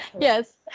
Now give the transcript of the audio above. yes